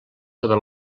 sobre